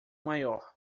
maior